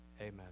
amen